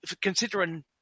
considering